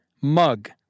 mug